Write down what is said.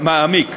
מעמיק.